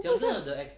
我不知道